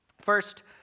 First